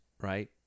Right